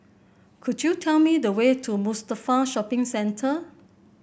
could you tell me the way to Mustafa Shopping Centre